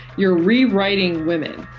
you're rewriting women.